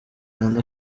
kandi